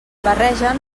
barregen